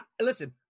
Listen